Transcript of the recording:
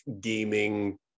gaming